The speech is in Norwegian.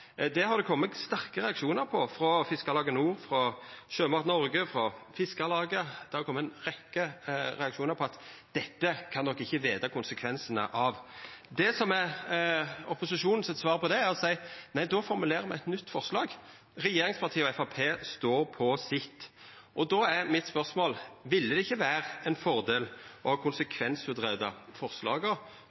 Det har det kome sterke reaksjonar på frå Fiskarlaget Nord, frå Sjømat Norge, frå Fiskarlaget. Det har kome ei rekkje reaksjonar om at dette kan ein ikkje veta konsekvensane av. Det som er opposisjonens svar på det, er å seia: Nei, då får me koma med eit nytt forslag. Regjeringspartia og Framstegspartiet står på sitt. Då er spørsmålet mitt: Ville det ikkje vore ein fordel å konsekvensutgreia forslaga